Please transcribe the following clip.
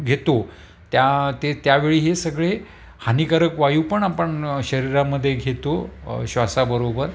घेतो त्या ते त्यावेळी हे सगळे हानिकारक वायू पण आपण शरीरामदे घेतो श्वासाबरोबर